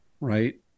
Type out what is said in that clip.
Right